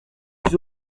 suis